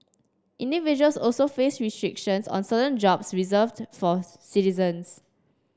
individuals also face restrictions on certain jobs reserved for citizens